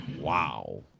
wow